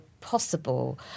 possible